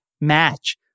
match